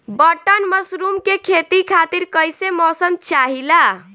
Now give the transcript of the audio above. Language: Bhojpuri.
बटन मशरूम के खेती खातिर कईसे मौसम चाहिला?